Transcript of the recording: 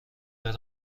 برم